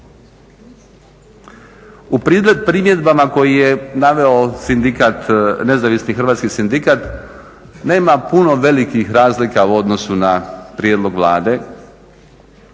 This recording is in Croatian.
U primjedbama koje je naveo Nezavisni hrvatski sindikat nema puno velikih razlika u odnosu na prijedlog Vlade,